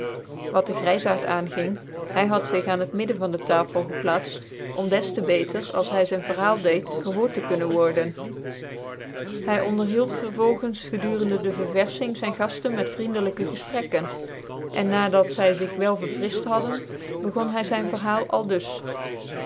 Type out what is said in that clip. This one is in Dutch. wat dc greisaart aanging hy had zig aan het midden van de tafel gcplaats om des te beter als hy zyn verhaal deed gchoort tc kunnen worden hy onderhield vervolgens gedurende dc vervaling zyn gatten met vricnii gefcbiedenis van dclyke gefprekken cn na dat zy zig wel verfriit hadden begon hy zyn verhaal aldas